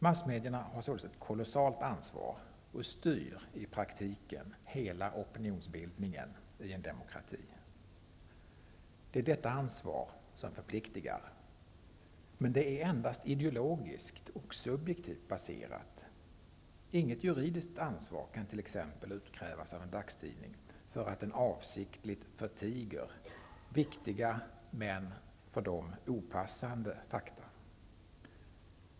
Massmedierna har således ett kolossalt ansvar och styr i praktiken hela opinionsbildningen i en demokrati. Detta är ett ansvar som förpliktigar, men det är endast ideologiskt och subjektivt baserat. Inget juridiskt ansvar kan utkrävas av t.ex. en dagstidning för att den avsiktligt förtiger viktiga, men för den opassande fakta.